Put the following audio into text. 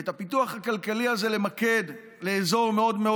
ואת הפיתוח הכלכלי הזה למקד באזור מאוד מאוד